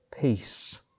peace